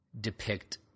depict